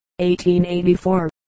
1884